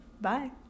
Bye